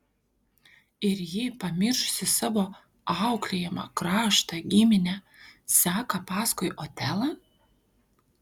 ir ji pamiršusi savo auklėjimą kraštą giminę seka paskui otelą